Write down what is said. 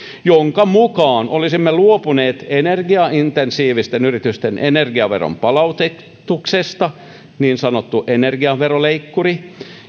jonka mukaan olisimme luopuneet energiaintensiivisten yritysten energiaveron palautuksesta niin sanottu energiaveroleikkuri